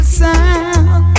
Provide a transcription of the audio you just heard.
sound